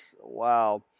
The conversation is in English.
Wow